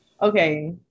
Okay